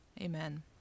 Amen